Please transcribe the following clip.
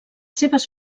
seves